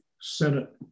Senate